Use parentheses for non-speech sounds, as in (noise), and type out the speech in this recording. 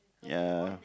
ya (noise)